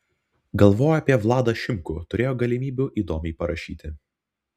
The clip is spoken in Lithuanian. galvojo apie vladą šimkų turėjo galimybių įdomiai parašyti